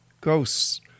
ghosts